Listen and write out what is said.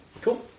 Cool